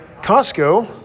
Costco